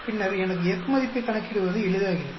பின்னர் எனக்கு F மதிப்பைக் கணக்கிடுவது எளிதாகிறது